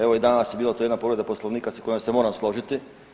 Evo i danas je bila tu jedna povreda Poslovnika sa kojom se moram složiti.